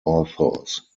authors